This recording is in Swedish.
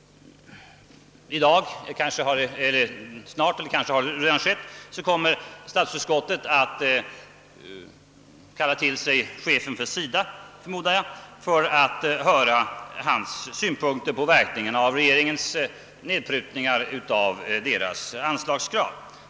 Statsutskottet kommer förmodligen snart att kalla till sig chefen för SIDA för att höra hans synpunkter på verkningarna av regeringens nedprutningar på SIDA:s anslagskrav.